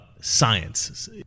science